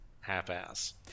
half-ass